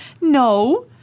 No